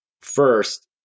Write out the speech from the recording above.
First